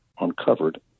uncovered